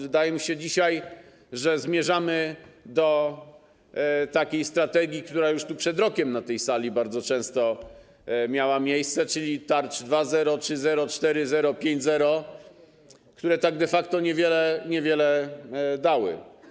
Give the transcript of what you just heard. Wydaje mi się dzisiaj, że zmierzamy do takiej strategii, która już przed rokiem na tej sali bardzo często miała miejsce, czyli tarcz 2.0, 3.0, 4.0, 5.0, które de facto niewiele dały.